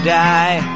die